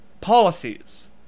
policies